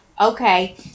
okay